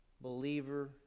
believer